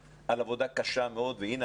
אלא גם רגשי וחברתי בתוך הקהילות בהן הם